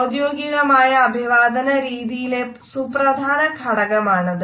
ഔദ്യോഗികമായ അഭിവാദന രീതിയിലെ സുപ്രധാന ഘടകമാണത്